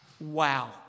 Wow